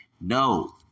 No